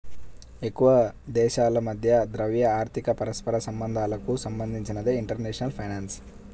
ఎక్కువదేశాల మధ్య ద్రవ్య, ఆర్థిక పరస్పర సంబంధాలకు సంబంధించినదే ఇంటర్నేషనల్ ఫైనాన్స్